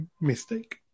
mistake